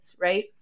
Right